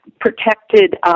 protected